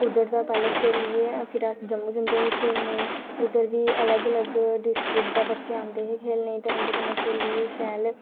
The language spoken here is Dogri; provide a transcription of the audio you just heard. उद्धर दा पैह्लें अस खेढियै फ्ही अस जम्मू जंदे हे खेढने ई उद्धर बी अलग अलग डिस्टिक दे बच्चे औंदे हे खेढने ई ते उं'दे कन्नै खेढियै शैल